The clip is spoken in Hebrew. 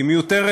היא מיותרת,